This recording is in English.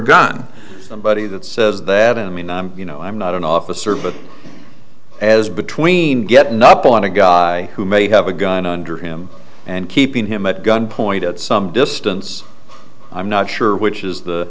gun somebody that says that i mean i'm you know i'm not an officer but as between get noppawan a guy who may have a gun under him and keeping him at gunpoint at some distance i'm not sure which is the